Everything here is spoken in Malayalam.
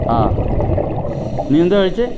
ആ നീ എന്താ കഴിച്ചെ